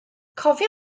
cofia